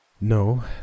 No